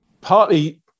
partly